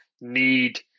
need